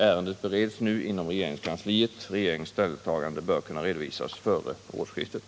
Ärendet bereds nu inom regeringskansliet. Regeringens ställningstagande bör kunna redovisas före årsskiftet.